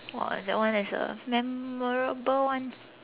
!wah! that one is a memorable one